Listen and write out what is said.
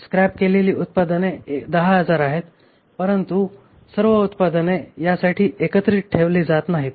scrap केलेली एकूण उत्पादने 10000 आहेत परंतु सर्व उत्पादने यासाठी एकत्रित ठेवली जात नाहीत